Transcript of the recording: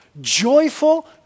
Joyful